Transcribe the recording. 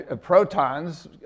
protons